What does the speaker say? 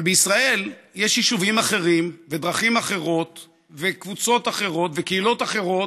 אבל בישראל יש יישובים אחרים ודרכים אחרות וקבוצות אחרות וקהילות אחרות.